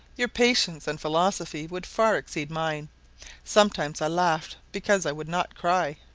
your patience and philosophy would far exceed mine sometimes i laughed because i would not cry.